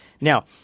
Now